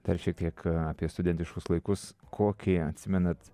dar šiek tiek apie studentiškus laikus kokį atsimenat